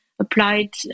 applied